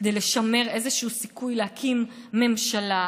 כדי לשמר איזשהו סיכוי להקים ממשלה,